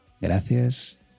gracias